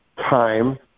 time